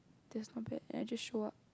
that's not bad and I just show up